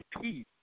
peace